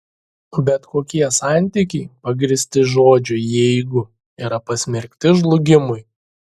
bet kokie santykiai pagrįsti žodžiu jeigu yra pasmerkti žlugimui